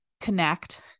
connect